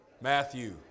Matthew